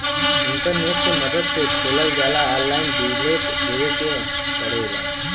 internet के मदद से खोलल जाला ऑनलाइन डिटेल देवे क पड़ेला